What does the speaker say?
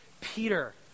Peter